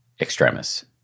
extremis